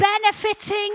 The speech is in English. benefiting